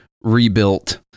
rebuilt